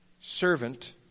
servant